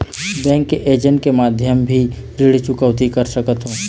Bank के agent माध्यम भी ऋण चुकौती कर सकथों?